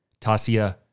tasia